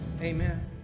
amen